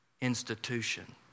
institution